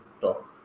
talk